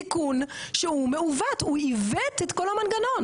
תיקון שהוא מעוות, הוא עיוות את כל המנגנון.